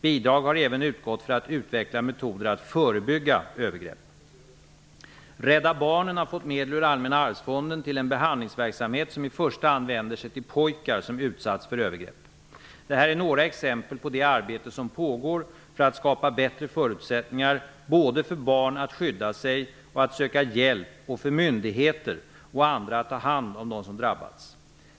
Bidrag har även utgått för att utveckla metoder att förebygga övergrepp. Rädda barnen har fått medel ur Allmänna arvsfonden till en behandlingsverksamhet som i första hand vänder sig till pojkar som utsatts för övergrepp. Detta är några exempel på det arbete som pågår för att skapa bättre förutsättningar både för barn att skydda sig och att söka hjälp och för myndigheter och andra att ta hand om dem som drabbats.